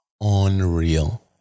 Unreal